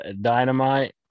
Dynamite